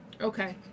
Okay